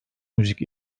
müzik